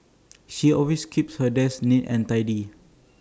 she always keeps her desk neat and tidy